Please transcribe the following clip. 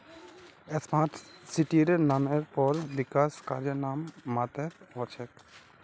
smart सिटीर नामेर पर विकास कार्य नाम मात्रेर हो छेक